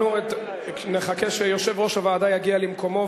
נחכה שיושב-ראש הוועדה יגיע למקומו,